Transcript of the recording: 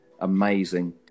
Amazing